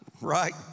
Right